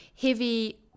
heavy